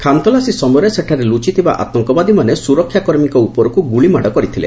ଖାନତଲାସୀ ସମୟରେ ସେଠାରେ ଲୁଚିଥିବା ଆତଙ୍କବାଦୀମାନେ ସୁରକ୍ଷା କର୍ମୀଙ୍କ ଉପରକୁ ଗୁଳିମାଡ଼ କରିଥିଲେ